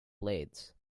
blades